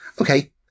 Okay